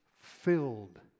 filled